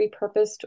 repurposed